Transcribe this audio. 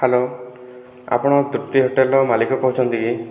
hello ଆପଣ ତୃପ୍ତି ହୋଟେଲର ମାଲିକ କହୁଛନ୍ତି କି